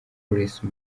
grace